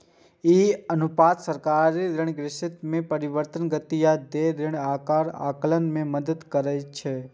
ई अनुपात सरकारी ऋणग्रस्तता मे परिवर्तनक गति आ देय ऋणक आकार आकलन मे मदति करै छै